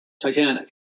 Titanic